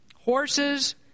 Horses